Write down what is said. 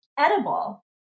Edible